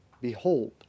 Behold